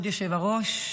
כבוד היושב-ראש,